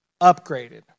upgraded